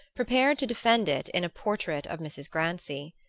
prepared to defend it in a portrait of mrs. grancy.